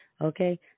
Okay